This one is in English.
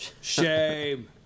Shame